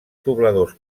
pobladors